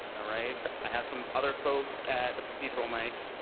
ah right? i have some other folks at the procedural mic,